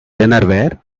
dinnerware